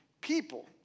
people